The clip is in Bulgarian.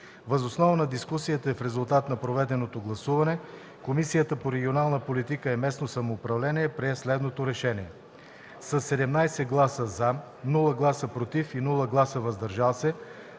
Въз основа на дискусията и в резултат на проведеното гласуване Комисията по регионална политика и местно самоуправление прие следното решение: - със 17 гласа „за”, без „против” и „въздържали се”